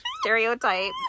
Stereotype